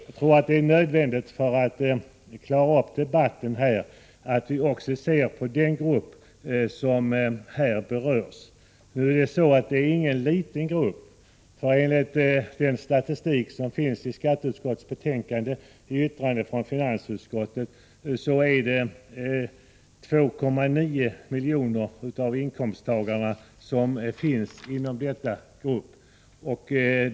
Jag anser att det är nödvändigt, för att skapa klarhet i debatten, att man verkligen ser på den grupp som här berörs. Det är ingen liten grupp, för enligt den statistik som redovisas i skatteutskottets betänkande — i yttrandet från finansutskottet — befinner sig 2,9 miljoner inkomsttagare inom denna grupp, med en inkomst under 70 200 kr.